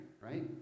right